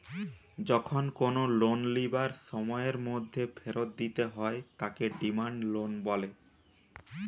যখন কোনো লোন লিবার সময়ের মধ্যে ফেরত দিতে হয় তাকে ডিমান্ড লোন বলে